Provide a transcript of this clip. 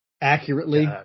accurately